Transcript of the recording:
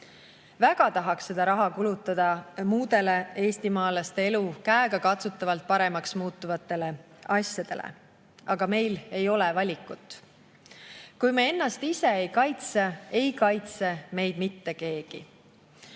Väga tahaks seda raha kulutada muudele eestimaalaste elu käegakatsutavalt paremaks muutvatele asjadele, aga meil ei ole valikut. Kui me ennast ise ei kaitse, ei kaitse meid mitte keegi.